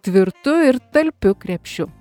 tvirtu ir talpiu krepšiu